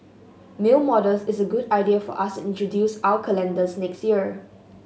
male models is a good idea for us introduce our calendars next year